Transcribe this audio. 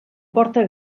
porta